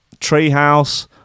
Treehouse